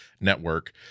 network